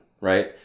right